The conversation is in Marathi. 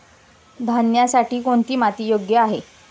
धान्यासाठी कोणती माती योग्य आहे?